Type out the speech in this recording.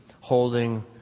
holding